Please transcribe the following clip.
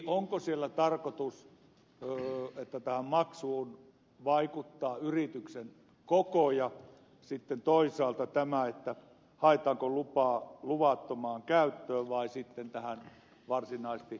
onko siellä tarkoitus että tähän maksuun vaikuttaa yritysten koko ja toisaalta se haetaanko lupaa luvattomaan käyttöön vai sitten varsinaisesti yrityssalaisuuden valvontaan